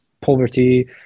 poverty